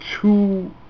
two